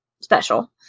special